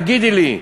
תגידי לי.